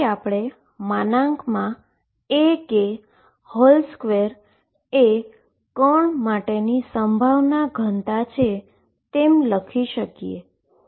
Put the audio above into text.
તેથી આપણે Ak2 એ પાર્ટીકલ માટે પ્રોબેબીલીટી ડેન્સીટી છે તેમ લખી શકીએ